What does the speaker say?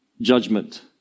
judgment